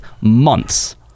months